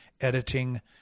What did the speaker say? editing